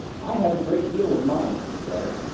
i have a great deal of mind, she said.